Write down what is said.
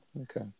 okay